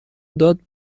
داد